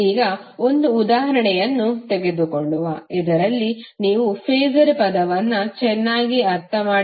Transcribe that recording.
ಈಗ ಒಂದು ಉದಾಹರಣೆಯನ್ನು ತೆಗೆದುಕೊಳ್ಳುವ ಇದರಿಂದ ನೀವು ಫಾಸರ್ ಪದವನ್ನು ಚೆನ್ನಾಗಿ ಅರ್ಥಮಾಡಿಕೊಳ್ಳಬಹುದು